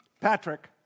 Patrick